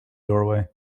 doorway